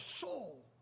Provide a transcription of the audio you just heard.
soul